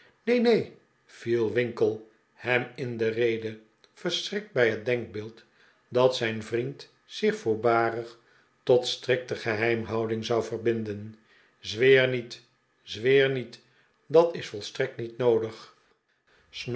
neen neen viel winkle hem in de rede verschrikt bij het denkbeeld dat zijn vriend zich voorbarig tot strikte geheimhouding zou verbinden zweer niet zweer niet dat is volstrekt niet noodig